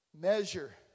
Measure